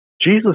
Jesus